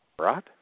Right